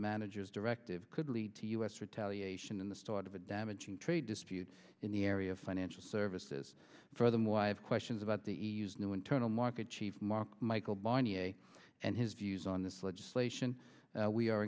managers directive could lead to u s retaliation in the start of a damaging trade dispute in the area of financial services furthermore i have questions about the new internal market chief mark michel barnier and his views on this legislation we are